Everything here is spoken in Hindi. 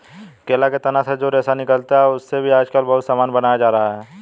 केला के तना से जो रेशा निकलता है, उससे भी आजकल बहुत सामान बनाया जा रहा है